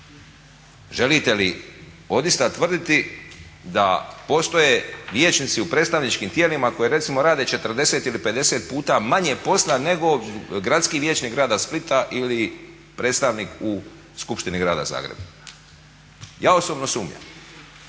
Želite li odista tvrditi da postoje vijećnici u predstavničkim tijelima koji recimo rade 40 ili 50 puta manje posla nego gradski vijećnik grada Splita ili predstavnik u Skupštini grada Zagreba? Ja osobno sumnjam.